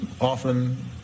often